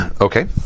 Okay